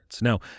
Now